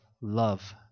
love